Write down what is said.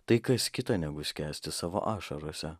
tai kas kita negu skęsti savo ašarose